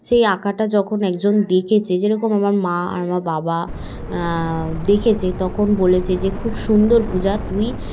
সেই আঁকাটা যখন একজন দেখেছে যেরকম আমার মা আর আমার বাবা দেখেছে তখন বলেছে যে খুব সুন্দর পূজা তুই